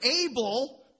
able